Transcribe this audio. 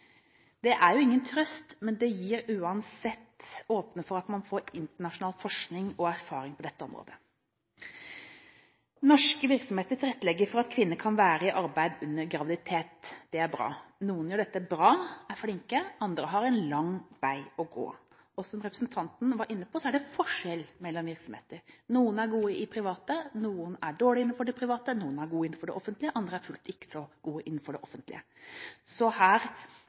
Det er ingen trøst, men det åpner uansett for at man får internasjonal forskning og erfaring på dette området. Norske virksomheter tilrettelegger for at kvinner kan være i arbeid under graviditet. Det er bra. Noen gjør dette bra, og er flinke, andre har en lang vei å gå, og som representanten var inne på, er det forskjell mellom virksomheter. Noen er gode innenfor det private, noen er dårlige, noen er gode innenfor det offentlige, andre er ikke fullt så gode. Så her er det